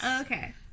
Okay